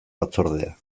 batzordea